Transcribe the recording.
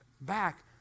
back